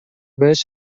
بهش